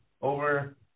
over